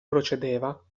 procedeva